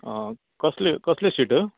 आं कसले कसले सिट